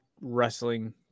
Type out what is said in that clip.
wrestling